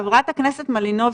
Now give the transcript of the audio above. חברת הכנסת מלינובסקי,